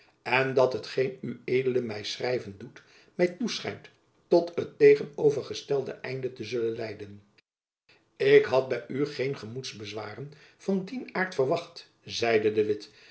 en dat hetgeen ued my schrijven doet my toeschijnt tot het tegenovergestelde einde te zullen leiden ik had by u geen gemoedsbezwaren van dien aart verwacht zeide de witt